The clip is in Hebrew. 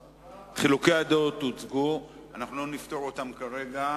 חילוקי הדעות הוצגו, אנחנו לא נפתור אותם כרגע.